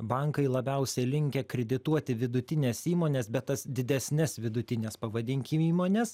bankai labiausiai linkę kredituoti vidutines įmones bet tas didesnes vidutines pavadinkim įmones